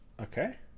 Okay